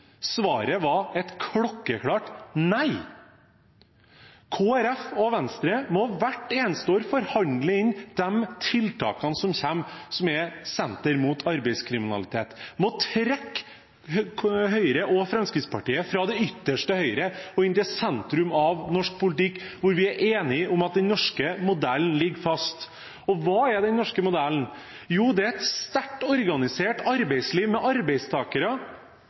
Svaret var et klokkeklart nei. Kristelig Folkeparti og Venstre må hvert eneste år forhandle inn de tiltakene som kommer, som et senter mot arbeidslivskriminalitet, og må trekke Høyre og Fremskrittspartiet fra det ytterste høyre og inn til sentrum av norsk politikk, hvor vi er enige om at den norske modellen ligger fast. Hva er den norske modellen? Jo, det er et sterkt organisert arbeidsliv med arbeidstakere